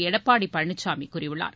எடப்பாடி பழனிசாமி கூறியுள்ளார்